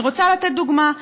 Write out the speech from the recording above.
אני רוצה לתת דוגמה.